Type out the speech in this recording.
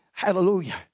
Hallelujah